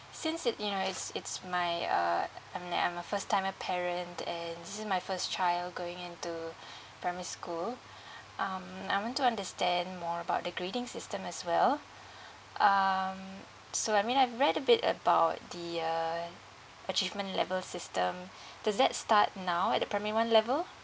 since it you know it's it's my uh I I mean I'm uh first time a parent and this is my first child going into primary school um I want to understand more about the grading system as well um so I mean I've read a bit about the uh achievement level system does that start now at the primary one level